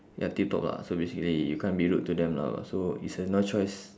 ya tip top lah so basically you can't be rude to them lah so it's uh no choice